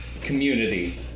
community